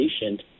patient